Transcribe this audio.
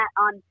on